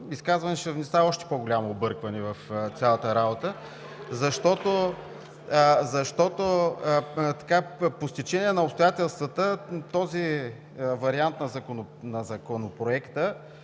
изказване ще внеса още по-голямо объркване в цялата работа. (Шум и реплики.) По стечение на обстоятелствата този вариант на Законопроекта